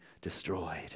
destroyed